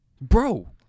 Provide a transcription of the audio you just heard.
Bro